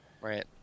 Right